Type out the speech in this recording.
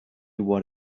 what